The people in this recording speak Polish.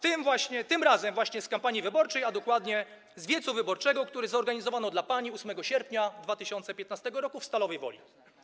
Tym razem właśnie z kampanii wyborczej, a dokładnie z wiecu wyborczego, który zorganizowano dla pani 8 sierpnia 2015 r. w Stalowej Woli: